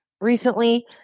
recently